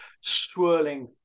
swirling